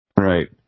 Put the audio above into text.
Right